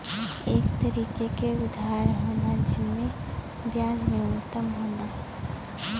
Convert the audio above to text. एक तरीके के उधार होला जिम्मे ब्याज न्यूनतम होला